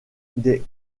des